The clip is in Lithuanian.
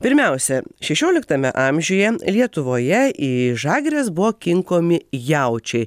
pirmiausia šešioliktame amžiuje lietuvoje į žagres buvo kinkomi jaučiai